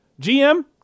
GM